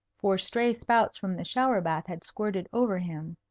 for stray spouts from the shower-bath had squirted over him.